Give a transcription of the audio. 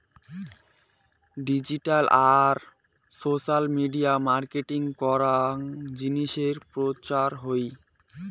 digital আর social media marketing করাং জিনিসের প্রচার হই